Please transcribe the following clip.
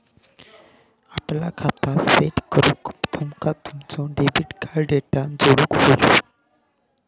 आपला खाता सेट करूक तुमका तुमचो डेबिट कार्ड डेटा जोडुक व्हयो